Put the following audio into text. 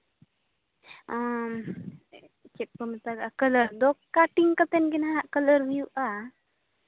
ᱪᱮᱫ ᱠᱚ ᱢᱮᱛᱟᱜᱟᱜᱼᱟ ᱠᱟᱞᱟᱨ ᱫᱚ ᱠᱟᱴᱤᱝ ᱠᱟᱛᱮᱫ ᱜᱮ ᱦᱟᱸᱜ ᱠᱟᱞᱟᱨ ᱦᱩᱭᱩᱜᱼᱟ